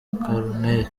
koloneli